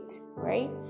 right